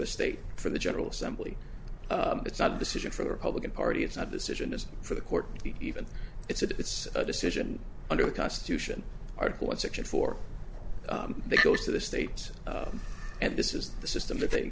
the state for the general assembly it's not a decision for the republican party it's not a decision as for the court even it's a decision under the constitution article one section four that goes to the states and this is the system that they